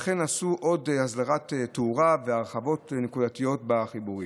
כמו כן עשו עוד הסדרת תאורה והרחבות נקודתיות בחיבורים.